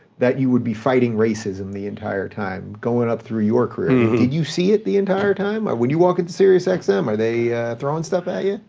that you would be fighting racism the entire time, going up through your career, did you see it the entire time? when you walk into sirius like xm, um are they throwing stuff at ya?